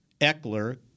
Eckler